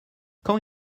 quand